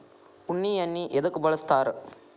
ಉಣ್ಣಿ ಎಣ್ಣಿ ಎದ್ಕ ಬಳಸ್ತಾರ್?